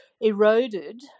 eroded